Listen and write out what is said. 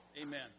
Amen